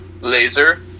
Laser